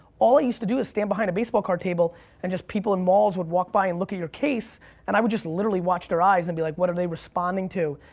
all i used to do was stand behind a baseball card table and just people in malls would walk by and look at your case and i would just literally watch their eyes and be like, what are they responding to?